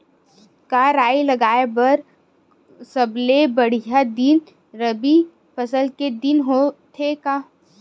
का राई लगाय बर सबले बढ़िया दिन रबी फसल के दिन होथे का?